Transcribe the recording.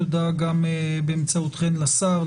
תודה גם באמצעותכן לשר,